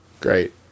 Great